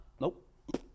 nope